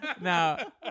Now